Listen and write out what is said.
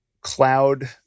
cloud